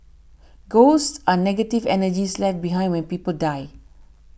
ghosts are negative energies left behind when people die